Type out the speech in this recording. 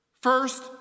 First